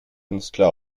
künstler